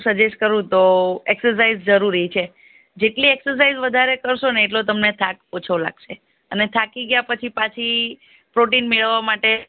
હું સજેસ્ટ કરું તો એક્સરસાઈઝ જરૂરી છે જેટલી એક્સરસાઈઝ વધારે કરશો એટલો તમને થાક ઓછો લાગશે અને થાકી ગયા પછી પાછી પ્રોટીન મેળવવા માટે